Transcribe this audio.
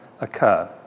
occur